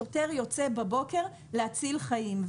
שוטר יוצא בבוקר להציל חיים.